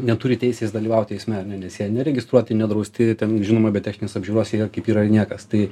neturi teisės dalyvauti eisme ane nes jie neregistruoti nedrausti ten žinoma be techninės apžiūros kaip yra niekas tai